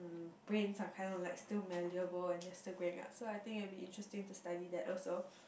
brains are kind of like still malleable and they're still growing up so I think it will be interesting to study that also